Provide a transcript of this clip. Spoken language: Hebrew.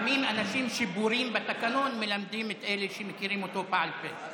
לפעמים אנשים שבורים בתקנון מלמדים את אלה שמכירים אותו בעל פה.